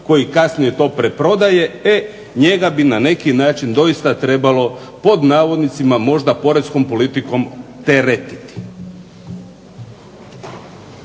koji kasnije to preprodaje e njega bi na neki način doista trebalo pod navodnicima možda poreskom politikom teretiti.